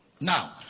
Now